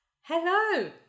Hello